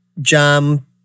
jam